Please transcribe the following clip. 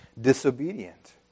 disobedient